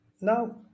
Now